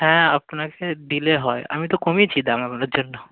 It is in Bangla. হ্যাঁ আপনাকে দিলে হয় আমি তো কমিয়েছি দাম আপনার জন্য